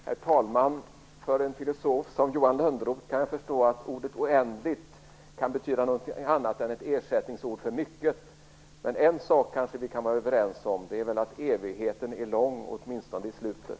Herr talman! Jag kan förstå att ordet "oändligt" för en filosof som Johan Lönnroth kan betyda någonting annat än ett ersättningsord för "mycket". Men vi kanske kan vara överens om en sak, och det är att evigheten är lång, åtminstone i slutet.